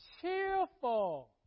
cheerful